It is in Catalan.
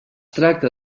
tracta